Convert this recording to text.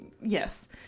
Yes